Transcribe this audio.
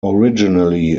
originally